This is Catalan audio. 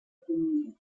economia